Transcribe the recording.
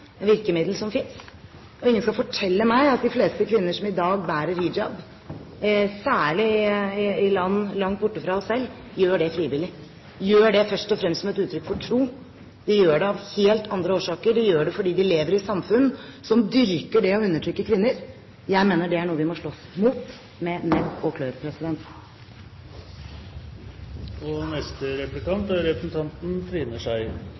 virkemiddel som finnes. Ingen skal fortelle meg at de fleste kvinner som i dag bærer hijab, særlig i land langt borte fra oss selv, gjør det frivillig, gjør det først og fremst som et uttrykk for tro. De gjør det av helt andre årsaker, de gjør det fordi de lever i samfunn som dyrker det å undertrykke kvinner. Jeg mener det er noe vi må slåss mot med nebb og